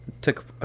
Took